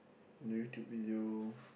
the YouTube video